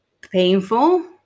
painful